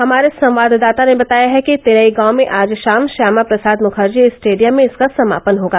हमारे संवाददाता ने बताया है कि तेलईगांव में आज शाम श्यामा प्रसाद मुखर्जी स्टेडियम में इसका समापन होगा